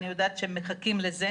אני יודעת שמחכים לזה,